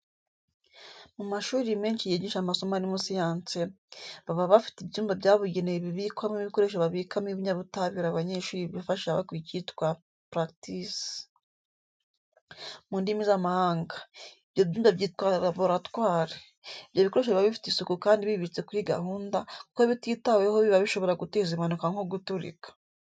Mu mashuri menshi yigisha amasomo arimo siyanse, baba bafite ibyumba byabugenewe bibikwamo ibikoresho babikamo ibinyabutabire abanyeshuri bifashisha bakora icyo twita " practice" mu ndimi z'amahanga. Ibyo byumba byitwa laboratwari. Ibyo bikoresho biba bifite isuku kandi bibitse kuri gahunda, kuko bititaweho biba bishobora guteza impanuka nko guturika.